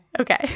okay